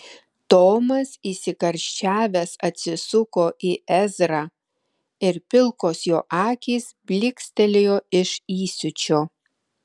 tomas įsikarščiavęs atsisuko į ezrą ir pilkos jo akys blykstelėjo iš įsiūčio